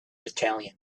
battalion